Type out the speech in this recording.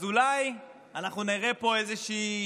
אז אולי אנחנו נראה פה איזושהי